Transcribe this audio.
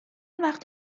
وقت